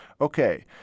Okay